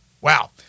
Wow